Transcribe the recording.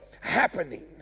happening